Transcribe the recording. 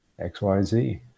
xyz